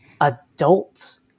adults